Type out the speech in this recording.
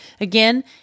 Again